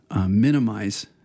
minimize